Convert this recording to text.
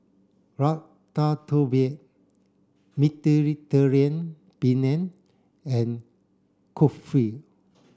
Ratatouille Mediterranean Penne and Kulfi